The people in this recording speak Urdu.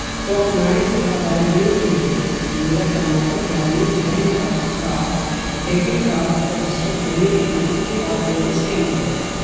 ٹوکنائزڈ ادائیگیوں کے لیے میرا کرناٹک گرامین بینک کا کارڈ ڈیبٹ کارڈ رجسٹر کرنے کے لیے کیو آر کوڈ اسکین کرو